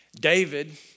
David